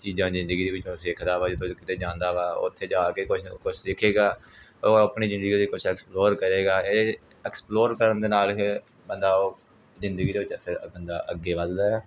ਚੀਜ਼ਾਂ ਜ਼ਿੰਦਗੀ ਦੇ ਵਿੱਚੋਂ ਉਹ ਸਿੱਖਦਾ ਵਾ ਜਿੱਦਾਂ ਉਹ ਕਿਤੇ ਜਾਂਦਾ ਵਾ ਉੱਥੇ ਜਾ ਕੇ ਕੁਛ ਨਾ ਕੁਛ ਸਿਖੇਗਾ ਉਹ ਆਪਣੀ ਜ਼ਿੰਦਗੀ ਵਿੱਚ ਕੁਛ ਐਕਸਪਲੋਰ ਕਰੇਗਾ ਇਹ ਐਕਸਪਲੋਰ ਕਰਨ ਦੇ ਨਾਲ ਫਿਰ ਬੰਦਾ ਉਹ ਜ਼ਿੰਦਗੀ ਦੇ ਵਿੱਚ ਫਿਰ ਬੰਦਾ ਅੱਗੇ ਵੱਧਦਾ ਆ